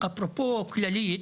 כללית, אפרופו כללית,